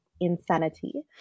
insanity